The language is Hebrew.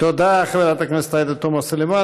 תודה, חברת הכנסת עאידה תומא סלימאן.